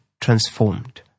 transformed